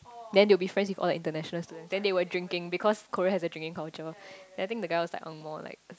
then they will be friends with all the international students then they were drinking because Korea has a drinking culture then I think the guy is like angmoh like